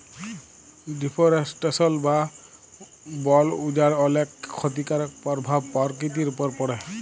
deforestation বা বল উজাড় অলেক খ্যতিকারক পরভাব পরকিতির উপর পড়ে